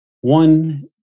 one